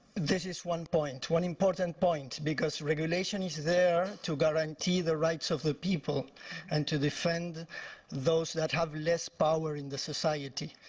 this is one point. one important point. because regulation is there to guarantee the rights of the people and to defend those that have less power in the society.